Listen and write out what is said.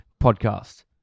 podcast